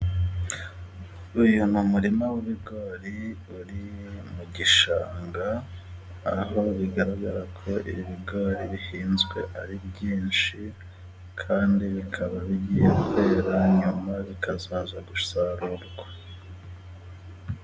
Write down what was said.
Uyu ni umurima w'ibigori uri mu gishanga, aho bigaragara ko ibigori bihinzwe ari byinshi, kandi bikaba bigiye kwera nyuma bikazaza gusarurwa.